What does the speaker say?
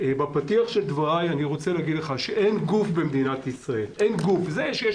בפתיח של דבריי אני רוצה להגיד שאין גוף במדינת ישראל זה שיש